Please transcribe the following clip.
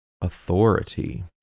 authority